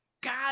God